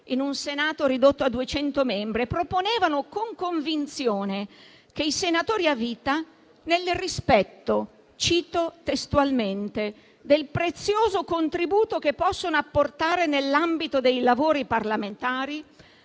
in un Senato ridotto a 200 membri. E proponevano con convinzione che i senatori a vita, nel rispetto - cito testualmente - del prezioso contributo che possono apportare nell'ambito dei lavori parlamentari,